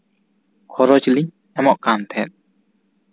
ᱠᱷᱚᱨᱚᱪᱞᱤᱧ ᱮᱢᱚᱜ ᱠᱟᱱ ᱛᱟᱦᱮᱸᱫ